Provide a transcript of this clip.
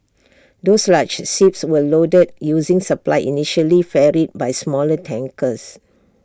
those large ships were loaded using supply initially ferried by smaller tankers